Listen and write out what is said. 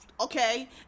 okay